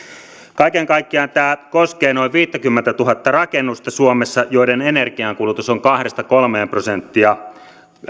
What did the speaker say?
kaiken kaikkiaan tämä koskee noin viittäkymmentätuhatta rakennusta suomessa joiden energiankulutus on kaksi viiva kolme prosenttia